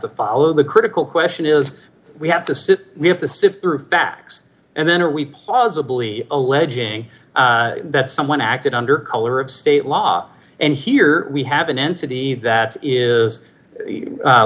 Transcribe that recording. to follow the critical question is we have to sit we have to sift through facts and then are we plausibly alleging that someone acted under color of state law and here we have an entity that is